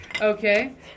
Okay